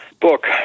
book